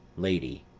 lady.